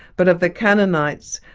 but of the canaanites,